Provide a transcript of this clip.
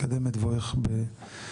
נקדם את בואך בשמחה.